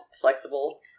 flexible